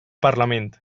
parlament